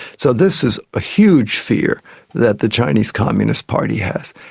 so this is a huge fear that the chinese communist party has,